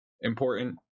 important